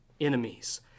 enemies